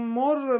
more